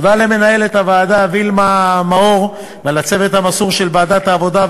תודה למנהלת הוועדה וילמה מאור ולצוות המסור של ועדת העבודה,